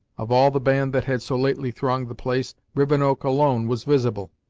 of all the band that had so lately thronged the place, rivenoak alone was visible.